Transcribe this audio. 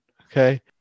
Okay